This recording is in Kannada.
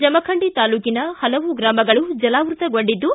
ಜಮಖಂಡಿ ತಾಲೂಕಿನ ಹಲವು ಗ್ರಾಮಗಳು ಜಲಾವೃತಗೊಂಡಿದ್ದು